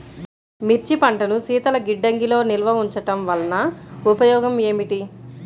మిర్చి పంటను శీతల గిడ్డంగిలో నిల్వ ఉంచటం వలన ఉపయోగం ఏమిటి?